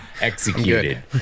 executed